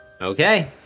Okay